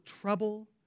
trouble